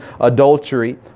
adultery